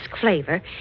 flavor